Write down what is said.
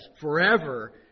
forever